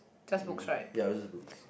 mm ya it's just books